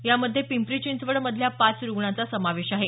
यामध्ये पिंपरी चिंचवडमधल्या पाच रूग्णांचा समावेश आहे